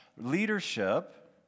leadership